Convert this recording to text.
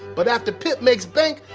but after pip makes bank,